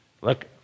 look